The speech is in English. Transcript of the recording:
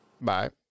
Bye